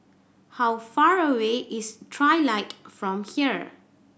how far away is Trilight from here